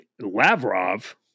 Lavrov